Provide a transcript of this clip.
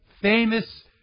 famous